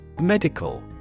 Medical